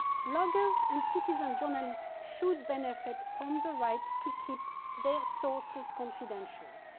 bloggers and citizen journalists should benefit from the right to keep their sources confidential.